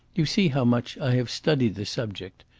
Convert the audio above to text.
you see how much i have studied the subject.